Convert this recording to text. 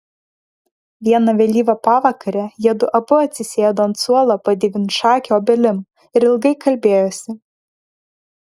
vieną vėlyvą pavakarę jiedu abu atsisėdo ant suolo po devynšake obelim ir ilgai kalbėjosi